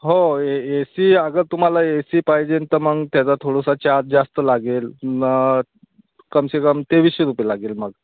हो A A C अगर तुम्हाला ए सी पाहिजेन तर मग त्याचा थोडासा चार्ज जास्त लागेल न कम से कम तेवीसशे रुपये लागेल मग